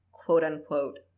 quote-unquote